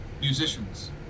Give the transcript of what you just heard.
musicians